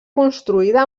construïda